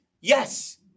Yes